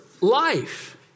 life